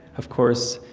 of course,